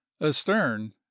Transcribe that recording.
astern